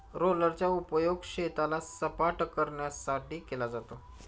रोलरचा उपयोग शेताला सपाटकरण्यासाठी केला जातो